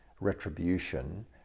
retribution